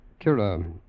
Kira